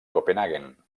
copenhaguen